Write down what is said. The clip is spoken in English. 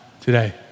today